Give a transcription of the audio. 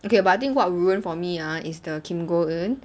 okay but I think what ruined for me ah is the kim go-eun